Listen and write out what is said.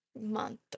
month